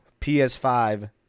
PS5